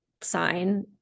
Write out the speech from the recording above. sign